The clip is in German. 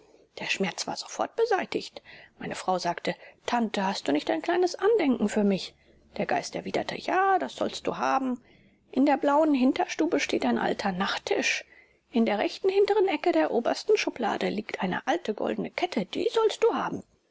der schmerz war sofort beseitigt meine frau sagte tante hast du nicht ein kleines andenken für mich der geist erwiderte ja das sollst du haben in der blauen hinterstube steht ein alter nachttisch in der rechten hinteren ecke der obersten schublade liegt eine alte goldene kette die sollst du haben